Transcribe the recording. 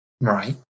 right